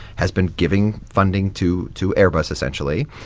has been giving funding to to airbus, essentially.